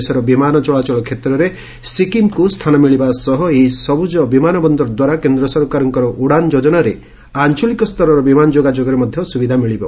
ଦେଶର ବିମାନ ଚଳାଚଳ କ୍ଷେତ୍ରରେ ସିକିମ୍କୁ ସ୍ଥାନ ମିଳିବା ସହ ଏହି ସବୁଜ ବିମାନ ବନ୍ଦରଦ୍ୱାରା କେନ୍ଦ୍ର ସରକାରଙ୍କର ଉଡ଼ାନ୍ ଯୋଜନାରେ ଆଞ୍ଚଳିକ ସ୍ତରର ବିମାନ ଯୋଗାଯୋଗରେ ମଧ୍ୟ ସୁବିଧା ମିଳିବ